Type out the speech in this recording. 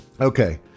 Okay